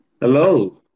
Hello